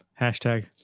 Hashtag